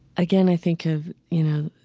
again, i think of, you know,